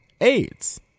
AIDS